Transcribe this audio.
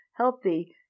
healthy